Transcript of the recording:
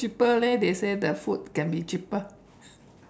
cheaper leh they say the food can be cheaper